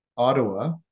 Ottawa